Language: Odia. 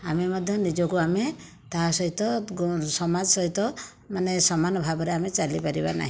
ଆମେ ମଧ୍ୟ ନିଜକୁ ଆମେ ତା' ସହିତ ସମାଜ ସହିତ ମାନେ ସମାନ ଭାବରେ ଆମେ ଚାଲିପାରିବାନାହିଁ